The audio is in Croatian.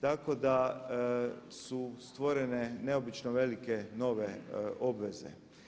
Tako da su stvorene neobično velike nove obveze.